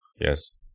Yes